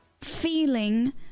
feeling